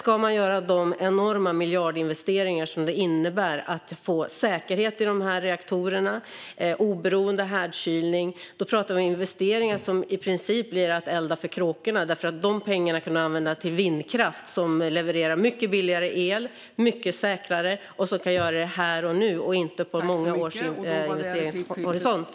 Att göra de enorma miljardinvesteringar som det innebär att få säkerhet i de här reaktorerna och oberoende härdkylning är i princip att elda för kråkorna, för de pengarna kan vi använda till vindkraft som levererar mycket billigare el, är mycket säkrare och kan göras här och nu och inte med en investeringshorisont på många år.